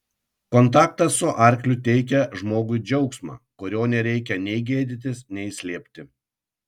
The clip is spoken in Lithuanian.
kontaktas su arkliu teikia žmogui džiaugsmą kurio nereikia nei gėdytis nei slėpti